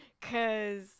cause